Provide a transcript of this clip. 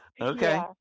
Okay